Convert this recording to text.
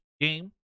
game